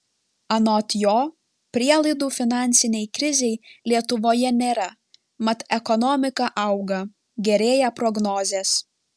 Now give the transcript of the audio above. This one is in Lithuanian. anot jo prielaidų finansinei krizei lietuvoje nėra mat ekonomika auga gerėja prognozės